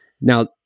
Now